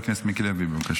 בבקשה.